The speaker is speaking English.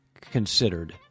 considered